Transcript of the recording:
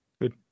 good